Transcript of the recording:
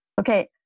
Okay